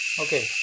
Okay